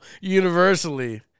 universally